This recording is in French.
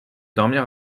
dormir